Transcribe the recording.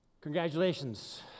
Congratulations